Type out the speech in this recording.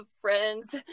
friends